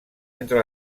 entre